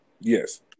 Yes